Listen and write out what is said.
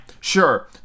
sure